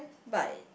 but I